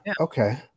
Okay